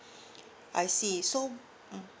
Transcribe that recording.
I see so mm